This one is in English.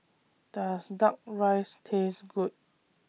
Does Duck Rice Taste Good